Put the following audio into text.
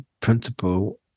principle